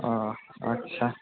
ও আচ্ছা